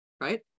right